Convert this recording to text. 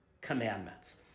commandments